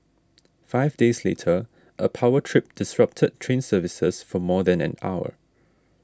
five days later a power trip disrupted train services for more than an hour